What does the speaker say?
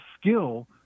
skill